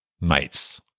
mates